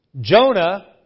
Jonah